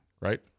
Right